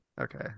Okay